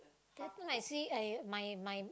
last time I see I my my my